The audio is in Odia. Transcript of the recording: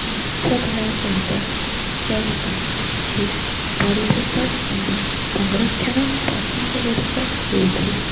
ମାଛଧରା ସହିତ ଜଡ଼ିତ କିଛି ପରିବେଶ କିମ୍ବା ସଂରକ୍ଷଣ ପ୍ରସଙ୍ଗଗୁଡ଼ିକ ହେଉଛି